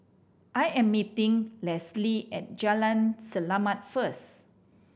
I am meeting Leslee at Jalan Selamat first